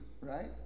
Right